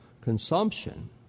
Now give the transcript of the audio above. consumption